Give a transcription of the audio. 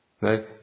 right